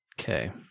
Okay